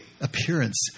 appearance